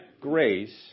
grace